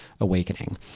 Awakening